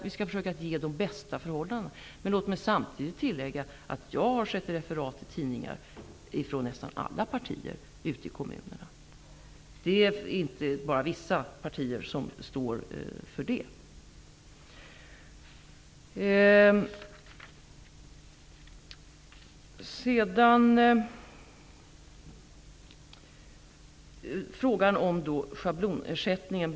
Vi skall försöka ge dem de bästa förhållanden. Låt mig samtidigt tillägga att jag har sett referat i tidningar om motstånd i nästan alla partier ute i kommunerna. Det är inte bara vissa partier som står för det. Sedan frågan om schablonersättningen.